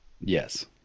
Yes